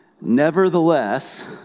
Nevertheless